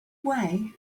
way